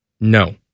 No